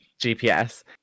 GPS